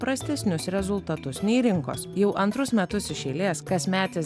prastesnius rezultatus nei rinkos jau antrus metus iš eilės kasmetis